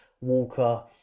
Walker